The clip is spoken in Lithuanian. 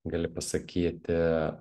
gali pasakyti